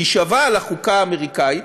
להישבע על החוקה האמריקנית,